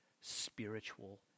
spiritual